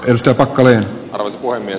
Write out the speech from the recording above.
risto packalen alkuaine